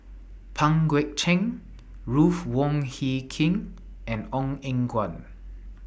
Pang Guek Cheng Ruth Wong Hie King and Ong Eng Guan